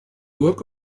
work